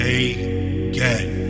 again